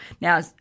Now